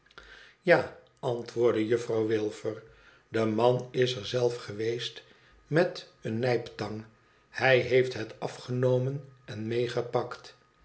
ja antwoordde juffrouw wilfer de man is er zelf geweest met eene nijptang hij heeft het afgenomen en meegepakt